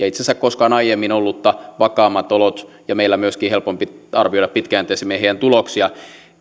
itse asiassa koskaan aiemmin ollutta vakaammat olot ja meillä myöskin on helpompi arvioida pitkäjänteisemmin heidän tuloksiaan